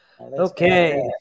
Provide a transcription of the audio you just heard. okay